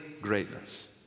greatness